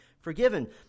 forgiven